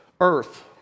earth